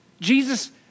Jesus